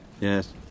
Yes